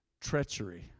treachery